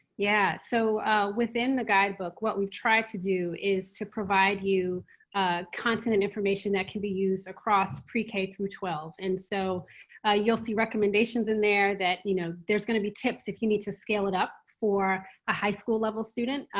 yeah. so within the guidebook, what we've tried to do is to provide you content and information that can be used across pre-k through twelve. and so you'll see recommendations in there that you know there's going to be tips if you need to scale it up for a high school level student.